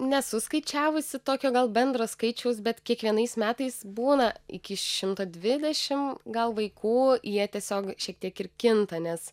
nesu skaičiavusi tokio gal bendro skaičiaus bet kiekvienais metais būna iki šimto dvidešimt gal vaikų jie tiesiog šiek tiek ir kinta nes